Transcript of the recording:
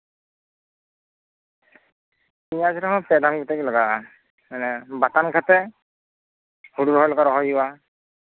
ᱯᱮᱸᱭᱟᱡᱽ ᱨᱮᱦᱚᱸ ᱯᱮ ᱫᱷᱟᱣ ᱠᱟᱛᱮ ᱜᱮ ᱞᱟᱜᱟᱜᱼᱟ ᱢᱟᱱᱮ ᱵᱟᱴᱟᱱ ᱠᱟᱛᱮ ᱦᱩᱲᱩ ᱨᱚᱦᱚᱭ ᱞᱮᱠᱟ ᱨᱚᱦᱚᱭ ᱦᱩᱭᱩᱜᱼᱟ